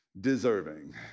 deserving